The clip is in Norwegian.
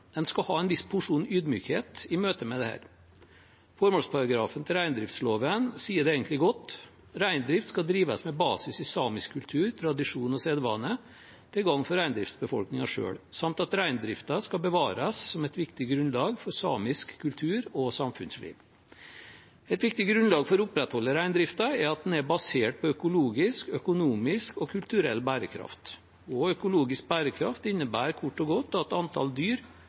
skal ha en viss porsjon ydmykhet i møte med dette. Formålsparagrafen til reindriftsloven sier det egentlig godt. Reindrift skal drives med «basis i samisk kultur, tradisjon og sedvane til gagn for reindriftsbefolkningen selv», samt at reindriften «skal bevares som et viktig grunnlag for samisk kultur og samfunnsliv». Et viktig grunnlag for å opprettholde reindriften er at den er basert på økologisk, økonomisk og kulturell bærekraft. Økologisk bærekraft innebærer kort og godt at antall dyr